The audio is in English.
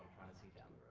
to see down